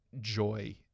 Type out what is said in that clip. joy